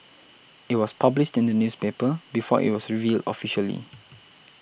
it was published in the newspaper before it was revealed officially